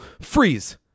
freeze